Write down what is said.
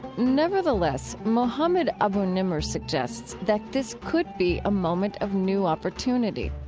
nevertheless, mohammed abu-nimer suggests that this could be a moment of new opportunity.